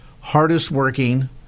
hardest-working